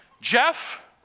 Jeff